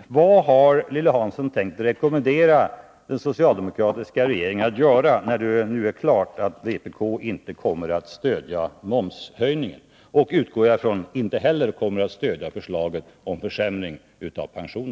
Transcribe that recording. ställa frågan vad hon tänker rekommendera den socialdemokratiska regeringen att göra, när det nu är klart att vpk inte kommer att stödja momshöjningen och inte heller — det utgår jag från — förslaget om försämring av pensionen.